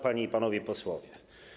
Panie i Panowie Posłowie!